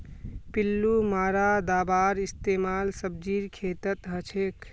पिल्लू मारा दाबार इस्तेमाल सब्जीर खेतत हछेक